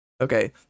Okay